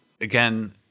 again